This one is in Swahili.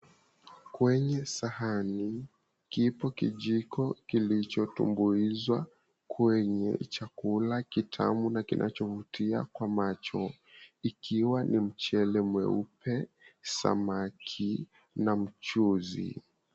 Kwenye sahani kipo kijiko kilichotumbuizwa kwenye chakula kitamu na kinachovutia kwa macho ikiwa ni mchele mweupe, samaki na mchuzi.